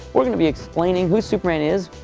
we're going to be explaining who superman is,